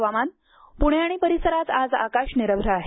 हवामान पुणे आणि परिसरात आज आकाश निरभ्र आहे